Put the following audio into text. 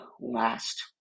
last